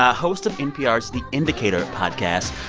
ah host of npr's the indicator podcast.